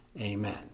Amen